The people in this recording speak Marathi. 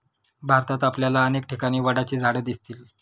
भारतात आपल्याला अनेक ठिकाणी वडाची झाडं दिसतील